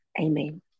Amen